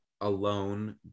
alone